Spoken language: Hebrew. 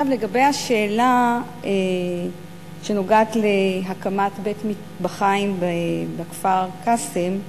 לגבי השאלה שנוגעת להקמת בית-מטבחיים בכפר-קאסם,